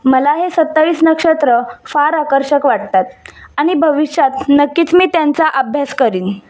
मला हे सत्तावीस नक्षत्र फार आकर्षक वाटतात आनि भविष्यात नक्कीच मी त्यांचा अभ्यास करीन